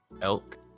elk